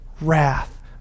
Wrath